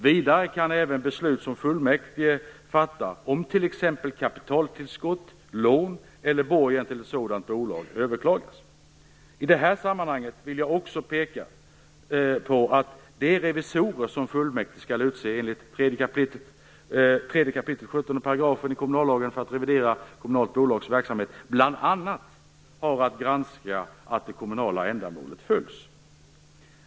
Vidare kan även beslut som fullmäktige fattar om t.ex. kapitaltillskott, lån eller borgen till ett sådant bolag överklagas. I det här sammanhanget vill jag också peka på att de revisorer som fullmäktige skall utse enligt 3 kap. 17 § kommunallagen för att revidera ett kommunalt bolags verksamhet bl.a. har att granska att det kommunala ändamålet följs.